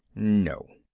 no.